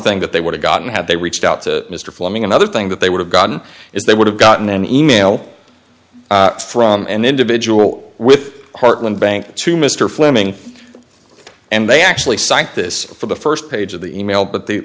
thing that they would have gotten had they reached out to mr fleming another thing that they would have gotten if they would have gotten an e mail from an individual with heartland bank to mr fleming and they actually cite this for the st page of the e mail but the